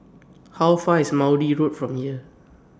How Far IS Maude Road from here